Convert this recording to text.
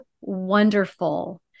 wonderful